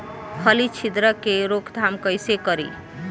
फली छिद्रक के रोकथाम कईसे करी?